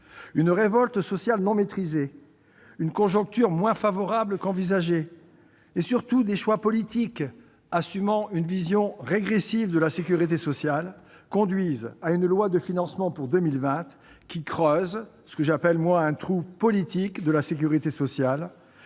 une révolte sociale non maîtrisée, une conjoncture moins favorable qu'envisagé et surtout des choix politiques assumant une vision régressive de la sécurité sociale conduisent à un projet de loi de financement de la sécurité sociale pour 2020 qui creuse ce que j'appellerai un nouveau « trou politique » de la sécurité sociale,